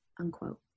unquote